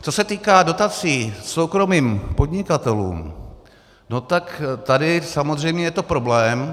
Co se týká dotací soukromým podnikatelům, no tak tady samozřejmě je to problém.